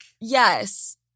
Yes